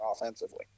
offensively